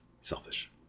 selfish